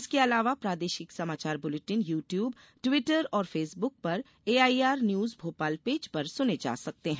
इसके अलावा प्रादेशिक समाचार बुलेटिन यू द्यूब ट्विटर और फेसबुक पर एआईआर न्यूज भोपाल पेज पर सुने जा सकते हैं